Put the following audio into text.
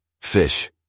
Fish